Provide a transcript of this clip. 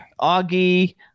Augie